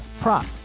prop